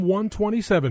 127